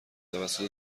توسط